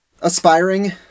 aspiring